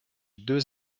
deux